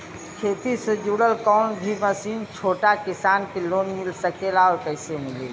खेती से जुड़ल कौन भी मशीन छोटा किसान के लोन मिल सकेला और कइसे मिली?